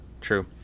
True